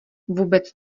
vůbec